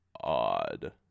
odd